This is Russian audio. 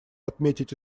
отметить